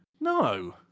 No